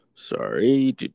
Sorry